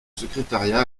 secrétariat